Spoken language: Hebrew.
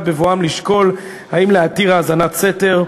בבואם לשקול האם להתיר האזנת סתר.